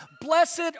Blessed